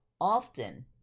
Often